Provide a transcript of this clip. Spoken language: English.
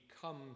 come